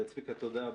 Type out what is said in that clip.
צביקה, תודה.